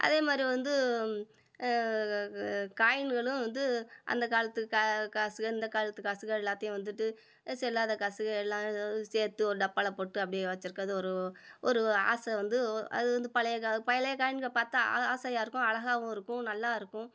அதே மாதிரி வந்து காயின்களும் வந்து அந்த காலத்து க காசுகள் இந்த காலத்து காசுகள் எல்லாத்தையும் வந்துட்டு செல்லாத காசுகள் எல்லாம் சேர்த்து ஒரு டப்பாவில் போட்டு அப்படியே வச்சிருக்கிறது ஒரு ஒரு ஆசை வந்து அது வந்து பழைய கா பழைய காயின்களை பார்த்தா ஆ ஆசையாக இருக்கும் அழகாவும் இருக்கும் நல்லா இருக்கும்